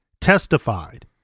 testified